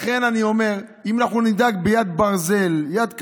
לכן אני אומר, אם ננהג ביד ברזל, יד קשה,